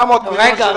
700 מיליון --- רגע.